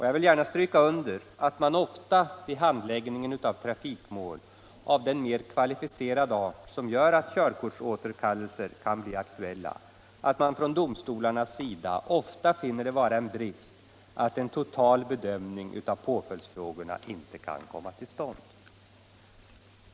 Jag vill gärna stryka under att man ofta vid handläggningen av trafikmål av den mer kvalificerade art som gör att körkortsåterkallelse kan bli aktuell, från domstolens sida finner det vara en brist att en total bedömning av påföljdsfrågorna inte kan komma till stånd.